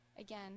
Again